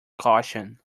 caution